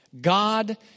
God